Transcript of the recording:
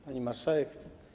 Pani Marszałek!